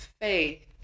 Faith